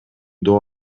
доо